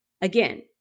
Again